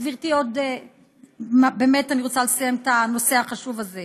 גברתי, באמת אני רוצה לסיים את הנושא החשוב הזה.